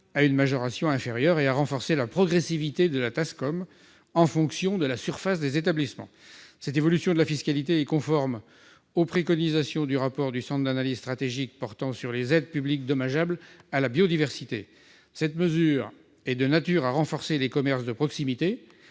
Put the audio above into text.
à une majoration inférieure, et de renforcer la progressivité de la TASCOM en fonction de la surface de vente des établissements. Cette évolution de la fiscalité est conforme aux préconisations du rapport du Centre d'analyse stratégique portant sur les aides publiques dommageables à la biodiversité. La mesure est également de nature à renforcer les commerces de proximité,